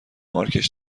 مارکش